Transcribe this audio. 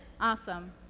Awesome